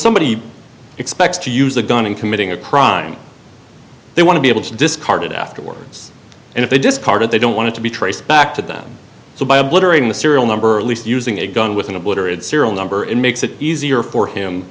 somebody expects to use a gun in committing a crime they want to be able to discard it afterwards and if they discard it they don't want to be traced back to them so by obliterating the serial number at least using a gun with an obliterated serial number it makes it easier for him